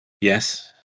Yes